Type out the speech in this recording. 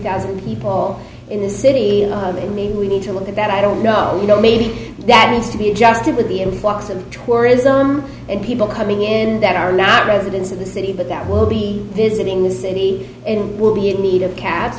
thousand people in this city you know they need we need to look at that i don't know you know maybe that needs to be adjusted with the influx of tourism and people coming in that are not residents of the city but that will be visiting the city and will be in need of cats